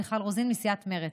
מיכל רוזין מסיעת מרצ.